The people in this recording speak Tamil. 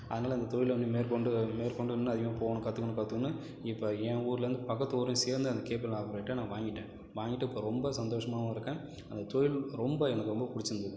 அதனால் அந்த தொழில் வந்து மேற்கொண்டு மேற்கொண்டு இன்னும் அதிகமாக போகணும் கத்துக்கணும் கத்துக்கணும்னு இப்போ ஏன் ஊர்லேயிருந்து பக்கத்து ஊரையும் சேர்ந்து அந்த கேபிள் ஆப்பரேட்ரை நான் வாங்கிட்டேன் வாங்கிட்டு இப்போ ரொம்ப சந்தோஷமாகவும் இருக்கேன் அந்த தொழில் ரொம்ப எனக்கு ரொம்ப பிடிச்சிருந்துது